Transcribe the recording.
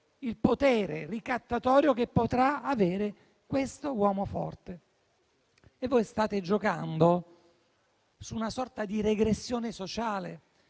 il potere ricattatorio che potrà avere questo uomo forte. Voi state giocando su una sorta di regressione sociale.